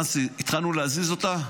Once התחלנו להזיז אותם,